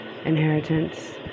Inheritance